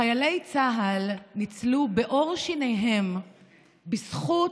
חיילי צה"ל ניצלו בעור שיניהם בזכות,